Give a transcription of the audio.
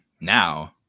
now